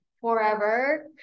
Forever